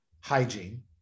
hygiene